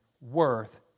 worth